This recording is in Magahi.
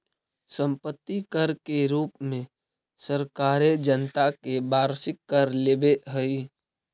सम्पत्ति कर के रूप में सरकारें जनता से वार्षिक कर लेवेऽ हई